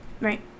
right